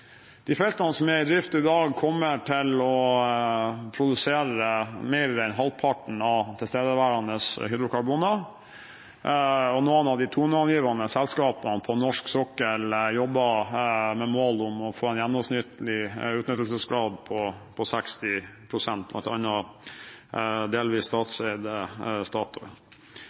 De feltene som er i drift i dag, kommer til å produsere mer enn halvparten av tilstedeværende hydrokarboner, og noen av de toneangivende selskapene på norsk sokkel jobber med mål om å få en gjennomsnittlig utnyttelsesgrad på 60 pst., bl.a. delvis